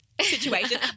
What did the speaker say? Situation